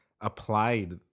applied